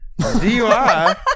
DUI